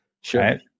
Sure